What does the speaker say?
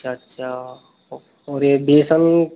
अच्छा अच्छा और ये बेसन